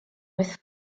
with